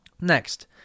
Next